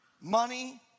Money